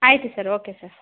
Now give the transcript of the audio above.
ಆಯಿತು sir okay sir